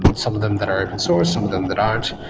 and some of them that are open source, some of them that aren't.